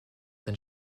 than